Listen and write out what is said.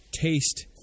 taste